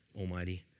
Almighty